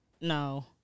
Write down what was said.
No